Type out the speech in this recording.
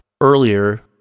earlier